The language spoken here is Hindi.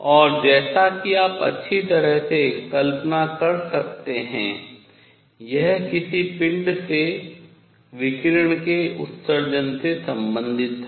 और जैसा कि आप अच्छी तरह से कल्पना कर सकते हैं यह किसी पिंड से विकिरण के उत्सर्जन से संबंधित है